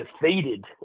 defeated